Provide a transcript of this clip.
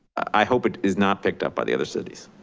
i hope it is not picked up by the other cities.